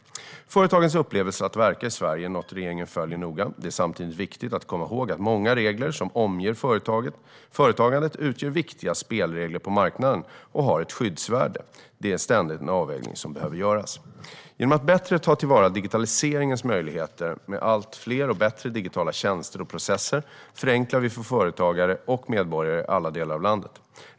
Företagens upplevelser av att verka i Sverige är något regeringen följer noga. Det är samtidigt viktigt att komma ihåg att många regler som omger företagandet utgör viktiga spelregler på marknaden och har ett skyddsvärde. Det är en ständig avvägning som behöver göras. Genom att bättre ta till vara digitaliseringens möjligheter, med allt fler och bättre digitala tjänster och processer, förenklar vi för företagare och medborgare i alla delar av landet.